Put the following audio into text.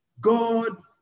God